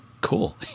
cool